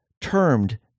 termed